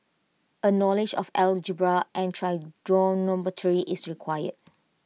A knowledge of algebra and trigonometry is required